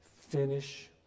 finish